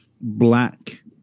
Black